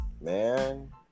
Man